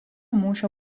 mūšio